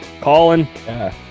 Colin